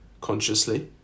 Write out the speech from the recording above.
consciously